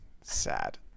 sad